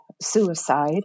suicide